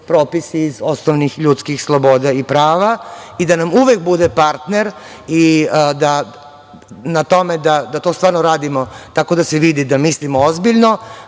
iz osnovnih ljudskih sloboda i prava i da nam uvek bude partner i da to stvarno radimo, tako da se vidi da mislimo ozbiljno,